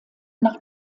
nach